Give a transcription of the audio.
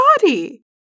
body